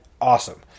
Awesome